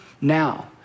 now